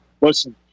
listen